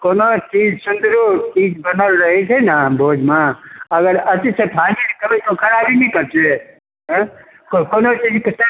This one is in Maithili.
कोनो चीज सैकड़ो चीज बनल रहैत छै ने भोजमे अगर अतिसँ फाजिल खयबै तऽ ओ खराबी नहि करतै कोनो चीजकेँ